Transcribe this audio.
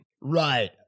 right